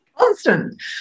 Constant